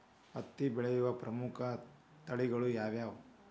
ಹತ್ತಿ ಬೆಳೆಯ ಪ್ರಮುಖ ತಳಿಗಳು ಯಾವ್ಯಾವು?